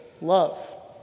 love